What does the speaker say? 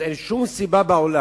אז אין שום סיבה בעולם